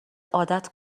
عادت